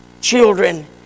children